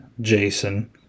Jason